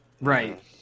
right